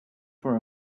for